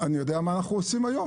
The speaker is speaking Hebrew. אני יודע מה אנחנו עושים היום